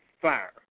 fire